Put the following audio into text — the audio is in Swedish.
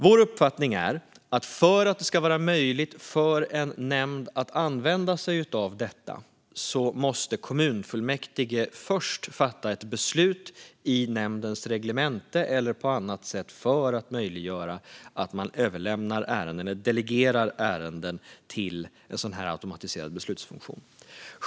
Vår uppfattning är att för att det ska vara möjligt för en nämnd att använda detta måste kommunfullmäktige först fatta ett beslut i nämndens reglemente eller på annat sätt för att möjliggöra att man överlämnar eller delegerar ärenden till en automatiserad beslutsfunktion.